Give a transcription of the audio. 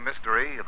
mystery